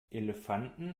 elefanten